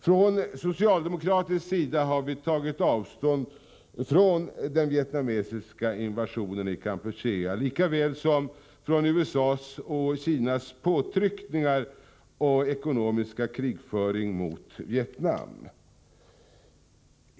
Från socialdemokratisk sida har vi tagit avstånd från den vietnamesiska invasionen i Kampuchea, lika väl som från USA:s och Kinas påtryckningar och ekonomiska krigföring mot Vietnam.